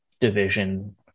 division